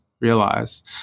realize